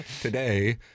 today